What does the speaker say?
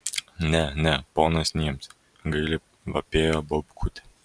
ne ne ponas niemce gailiai vapėjo baubkutė